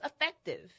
effective